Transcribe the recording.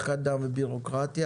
המחיר.